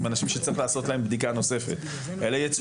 אלא ייצאו 10%. אני מקווה שייצאו 0%,